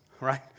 right